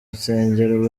nsengero